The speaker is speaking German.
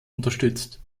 unterstützt